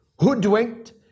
hoodwinked